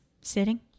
sitting